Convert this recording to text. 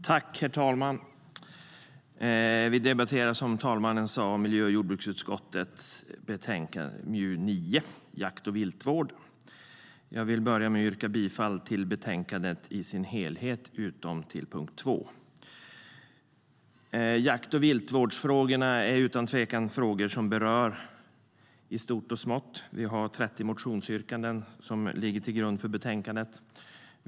Herr talman! Vi debatterar i dag miljö och jordbruksutskottets betänkande MJU9, Jakt och viltvårdJakt och viltvårdsfrågorna berör utan tvekan både stort och smått. Vi har 30 motionsyrkanden som ligger till grund för betänkandet.